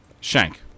Shank